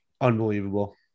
unbelievable